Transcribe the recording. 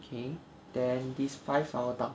K then these five power tile